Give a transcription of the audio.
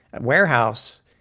warehouse